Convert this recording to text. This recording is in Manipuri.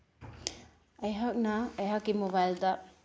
ꯑꯩꯍꯥꯛꯅ ꯑꯩꯍꯥꯛꯀꯤ ꯃꯣꯕꯥꯏꯜꯗ